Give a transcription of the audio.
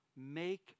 Make